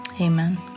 Amen